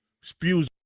spews